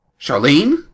Charlene